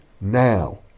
now